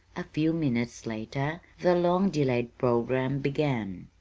a few minutes later the long-delayed programme began.